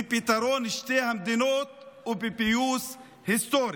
בפתרון שתי המדינות ובפיוס היסטורי.